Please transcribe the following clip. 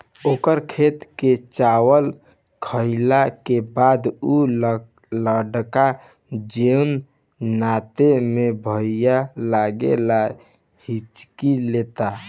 ओकर खेत के चावल खैला के बाद उ लड़का जोन नाते में भाई लागेला हिच्की लेता